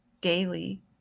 daily